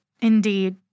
Indeed